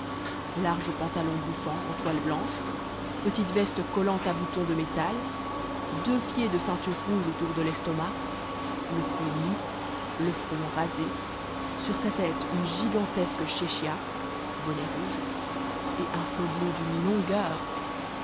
large pantalon bouffant en toile blanche petite veste collante à boutons de métal deux pieds de ceinture rouge autour de l'estomac le cou nu le front rasé sur sa tête une gigantesque chéchia bonnet rouge et un flot bleu d'une longueur